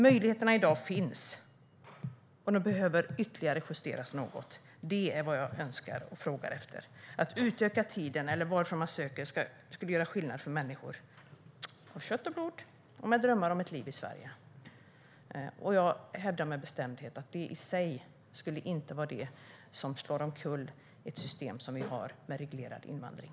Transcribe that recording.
Möjligheterna finns i dag, men de behöver ytterligare justeras. Det är vad jag önskar och frågar efter, det vill säga att utöka tiden och att låta det faktum varifrån man söker göra skillnad för människor av kött och blod och med drömmar om ett liv i Sverige. Jag hävdar med bestämdhet att det i sig inte skulle slå omkull systemet med reglerad invandring.